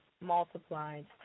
multiplied